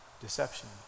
deception